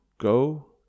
go